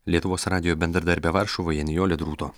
lietuvos radijo bendradarbė varšuvoje nijolė drūto